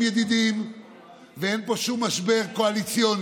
מיקי, אתה יכול, שומעים מצוין.